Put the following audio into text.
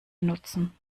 nutzen